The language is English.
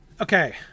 Okay